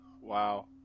Wow